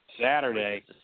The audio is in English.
Saturday